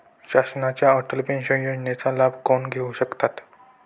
शासनाच्या अटल पेन्शन योजनेचा लाभ कोण घेऊ शकतात?